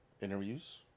Interviews